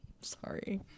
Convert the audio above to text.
Sorry